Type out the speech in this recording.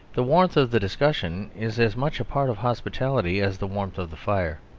the warmth of the discussion is as much a part of hospitality as the warmth of the fire.